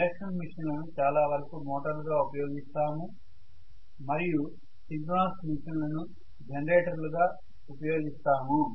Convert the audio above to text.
induction machine లను చాలా వరకు మోటార్లగా ఉపయోగిస్తాము మరియు సింక్రోనస్ మెషీన్ లను జనరేటర్ గా ఉపయోగిస్తాము